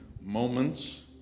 moments